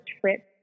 trip